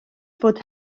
fod